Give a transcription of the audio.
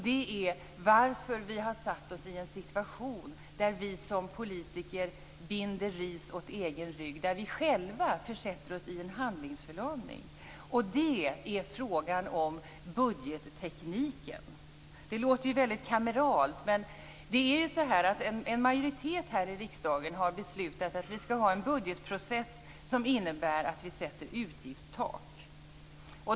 Det är varför vi har satt oss i en situation där vi som politiker binder ris åt egen rygg och där vi själva försätter oss i en handlingsförlamning. Det är frågan om budgettekniken. Det låter väldigt kameralt. En majoritet här i riksdagen har beslutat att vi skall ha en budgetprocess som innebär att vi sätter utgiftstak.